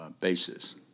basis